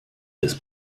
des